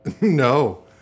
No